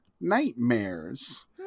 nightmares